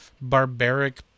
barbaric